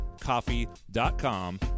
Coffee.com